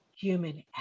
human